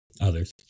others